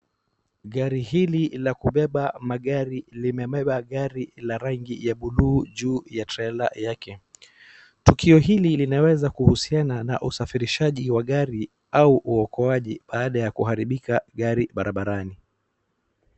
Gari hili la kubeba magari limebeba gari la rangi ya bluu juu ya trela yake. Tukio hili linaweza kuhusiana na usafirisaji wa gari au uokoaji baada ya kuharibika gari barabarani.